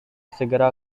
segera